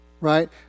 right